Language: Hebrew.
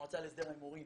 שהמועצה להסדר ההימורים